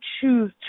choose